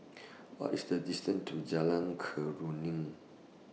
What IS The distance to Jalan Keruing